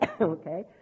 okay